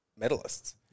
medalists